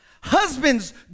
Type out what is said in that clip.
husbands